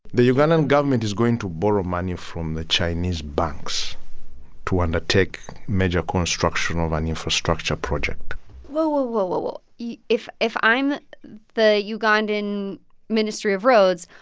the ugandan government is going to borrow money from the chinese banks to undertake major construction of an infrastructure project whoa ah whoa yeah if if i'm the ugandan ministry of roads,